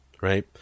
right